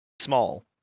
small